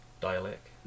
Dialect